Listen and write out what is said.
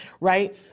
right